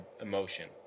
emotion